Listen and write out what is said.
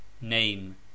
name